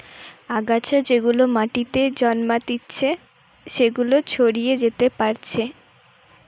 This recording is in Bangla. আগাছা যেগুলা মাটিতে জন্মাতিচে সেগুলা ছড়িয়ে যেতে পারছে